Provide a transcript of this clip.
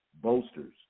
bolsters